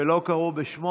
ולא קראו בשמו?